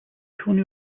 tony